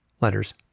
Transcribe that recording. Letters